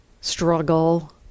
struggle